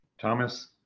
Thomas